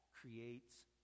creates